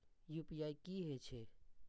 UPI की हेछे?